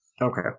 Okay